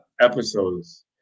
episodes